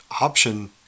option